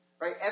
Right